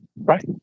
right